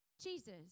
Jesus